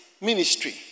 ministry